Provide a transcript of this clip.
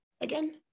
again